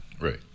Right